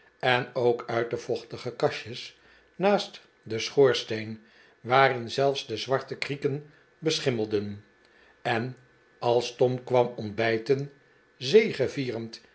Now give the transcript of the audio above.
en ook uit de vochtige kastjes naast den schoorsteen waarin zelfs de zwarte krieken beschimmelden en als tom kwam ontbijten